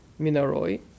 Minaroi